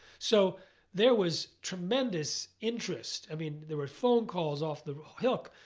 so there was tremendous interest. i mean there were phone calls off the hook.